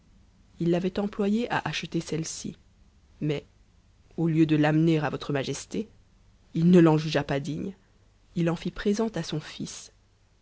ii l'avait employée à acheter celle-ci ma s au lieu de l'amenerà votre majesté h ne l'en jugea pas digne il en t présent à son fils